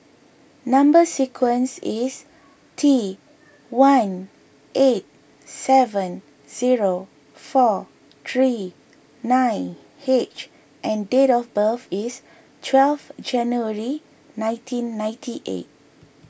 Number Sequence is T one eight seven zero four three nine H and date of birth is twelve January nineteen ninety eight